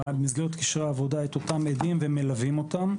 במסגרת קשרי עבודה, את אותם עדים, ומלווים אותם.